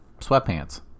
sweatpants